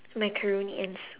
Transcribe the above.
macaroni and soup